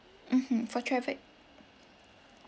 mmhmm for traffic